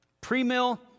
Pre-mill